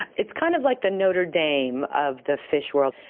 and it's kind of like the notre dame of the fish world.